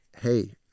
hey